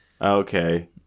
okay